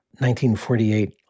1948